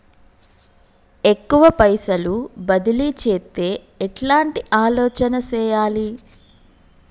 ఎక్కువ పైసలు బదిలీ చేత్తే ఎట్లాంటి ఆలోచన సేయాలి?